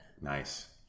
Nice